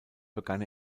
begann